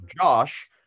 josh